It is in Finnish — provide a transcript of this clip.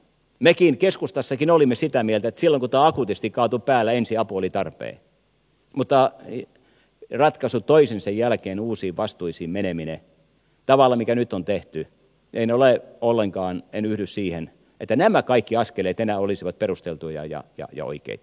me keskustassakin olimme sitä mieltä että silloin kun tämä akuutisti kaatui päälle ensiapu oli tarpeen mutta ratkaisu toisensa jälkeen uusiin vastuisiin meneminen tavalla jolla nyt on tehty en ollenkaan yhdy siihen että nämä kaikki askeleet enää olisivat perusteltuja ja oikeita